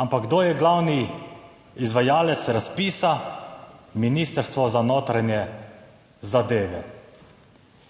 Ampak kdo je glavni izvajalec razpisa? Ministrstvo za notranje zadeve